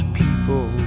people